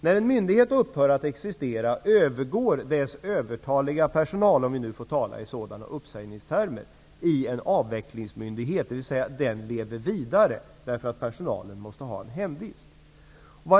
När en myndighet upphör att existera, övergår emellertid dess övertaliga personal, om jag får tala i sådana uppsägningstermer, i en avvecklingsmyndighet, dvs. den lever vidare därför att personalen måste ha ett hemvist.